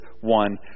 one